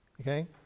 okay